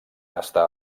està